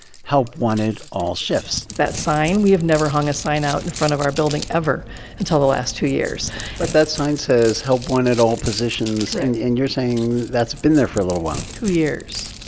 help wanted all shifts that sign we have never hung a sign out in front of our building ever until the last two years but that sign says, help wanted all positions, and you're saying that's been there for a little while two years.